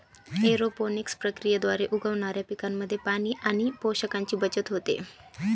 aeroponics प्रक्रियेद्वारे उगवणाऱ्या पिकांमध्ये पाणी आणि पोषकांची बचत होते